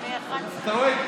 לא איחרתי, אתה רואה?